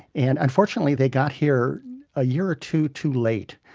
and unfortunately, they got here a year or two too late,